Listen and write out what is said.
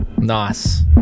Nice